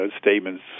statements